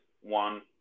one